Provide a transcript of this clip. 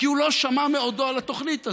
כי הוא לא שמע מעודו על התוכנית הזאת,